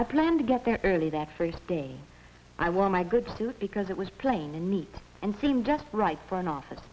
i plan to get there early that first day i wore my good suit because it was plain and neat and seemed right for an office